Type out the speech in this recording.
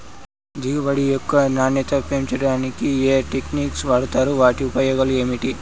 దిగుబడి యొక్క నాణ్యత పెంచడానికి ఏ టెక్నిక్స్ వాడుతారు వాటి ఉపయోగాలు ఏమిటి?